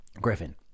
Griffin